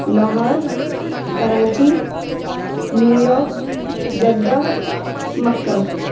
Lahore Karachi New York Jeddah Mecca